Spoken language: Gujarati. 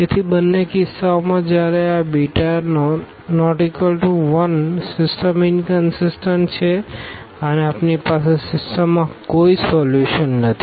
તેથી બંને કિસ્સાઓમાં જ્યારે આ β ≠ 1 સિસ્ટમ ઇનકનસીસટન્ટ છે અને આપણી પાસે સિસ્ટમ માટે કોઈ સોલ્યુશન નથી